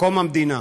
קום המדינה.